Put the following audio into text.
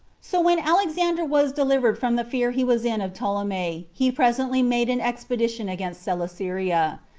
so when alexander was delivered from the fear he was in of ptolemy, he presently made an expedition against coelesyria.